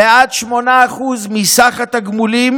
ועד 8% מסך התגמולים